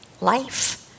Life